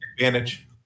advantage